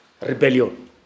rebellion